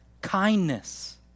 kindness